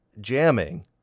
jamming